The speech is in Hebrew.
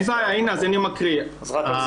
אם תוכל להתייחס רק לזה.